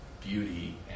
beauty